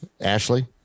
Ashley